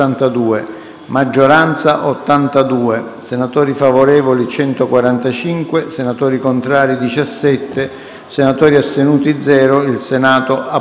La seduta è tolta